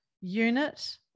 unit